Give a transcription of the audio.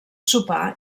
sopar